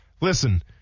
Listen